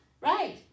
right